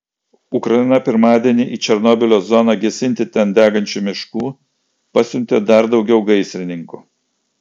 ukraina pirmadienį į černobylio zoną gesinti ten degančių miškų pasiuntė dar daugiau gaisrininkų